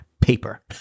paper